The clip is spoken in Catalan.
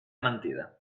mentida